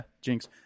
Jinx